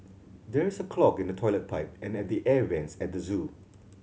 there is a clog in the toilet pipe and at the air vents at the zoo